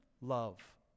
love